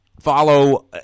follow